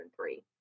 three